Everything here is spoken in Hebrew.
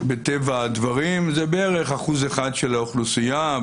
מטבע הדברים וזה בערך אחוז אחד של האוכלוסייה,